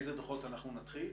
באיזה דוחות אנחנו נתחיל.